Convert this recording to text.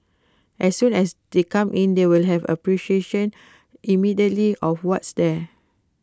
as soon as they come in they will have appreciation immediately of what's there